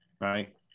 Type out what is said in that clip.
right